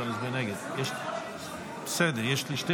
יש לי שתי